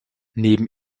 neben